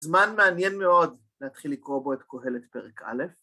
זמן מעניין מאוד להתחיל לקרוא בו את כהלת פרק א',